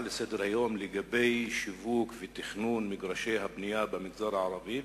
לסדר-היום בעניין שיווק ותכנון מגרשי בנייה במגזר הערבי,